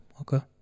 okay